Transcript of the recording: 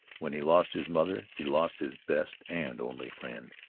when he lost his mother he lost his best and only friend.